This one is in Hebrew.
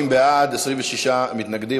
40 בעד, 26 מתנגדים.